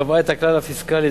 קבעה את הכלל הפיסקלי,